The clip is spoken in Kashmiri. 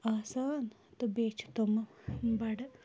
آسان تہٕ بیٚیہِ چھِ تِمہٕ بَڑٕ